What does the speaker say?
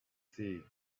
see